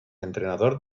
entrenador